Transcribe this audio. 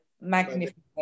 Magnificent